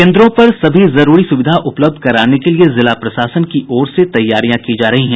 केंद्रों पर सभी जरूरी सुविधा उपलब्ध कराने के लिये जिला प्रशासन की ओर से तैयारियां की जा रही हैं